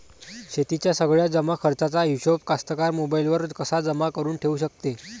शेतीच्या सगळ्या जमाखर्चाचा हिशोब कास्तकार मोबाईलवर कसा जमा करुन ठेऊ शकते?